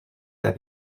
that